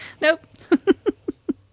Nope